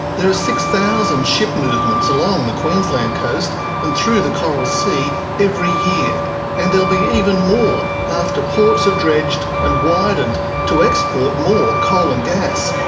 there are six thousand ship movements along the queensland coast and through the coral sea every year and there'll be even more after ports are dredged and widened to export more coal and gas.